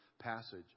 passage